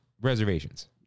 reservations